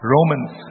Romans